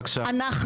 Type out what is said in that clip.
אנחנו,